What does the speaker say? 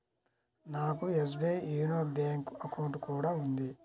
నాకు SBI YONO bank account కూడా ఉంది